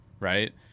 Right